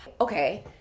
Okay